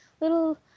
little